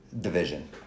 Division